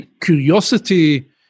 curiosity